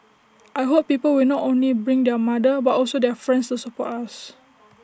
I hope people will not only bring their mother but also their friends to support us